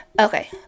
Okay